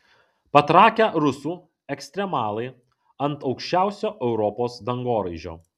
patrakę rusų ekstremalai ant aukščiausio europos dangoraižio